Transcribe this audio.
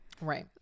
Right